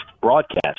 broadcast